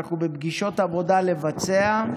אנחנו בפגישות עבודה לבצע,